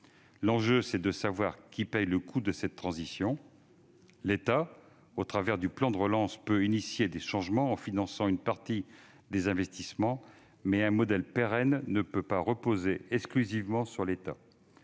L'enjeu est de savoir qui paie le coût de cette transition. L'État, au travers du plan de relance, peut engager des changements en finançant une partie des investissements, mais un modèle pérenne ne peut pas reposer exclusivement sur lui.